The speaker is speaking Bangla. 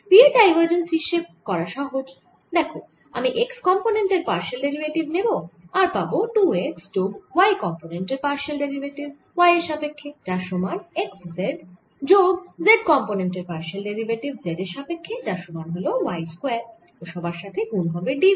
v এর ডাইভারজেন্স হিসেব করা সহজ দেখো আমি x কম্পোনেন্ট এর পারশিয়াল ডেরিভেটিভ নেব আর পাবো 2 x যোগ y কম্পোনেন্ট এর পারশিয়াল ডেরিভেটিভ y এর সাপেক্ষ্যে যার সমান x z যোগ z কম্পোনেন্ট এর পারশিয়াল ডেরিভেটিভ z এর সাপেক্ষ্যে যার সমান হল y স্কয়ার ও সবার সাথে গুন হবে d v